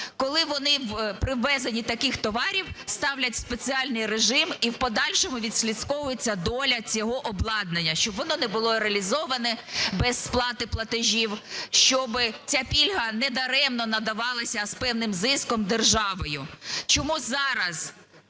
коли вони, при ввезенні таких товарів ставлять спеціальний режим і в подальшому відслідковується доля цього обладнання, щоб воно не було реалізоване без сплати платежів, щоби ця пільга не даремно надавалася, з певним зиском, державою. Чому зараз,